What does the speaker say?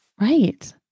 right